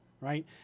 right